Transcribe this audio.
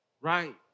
right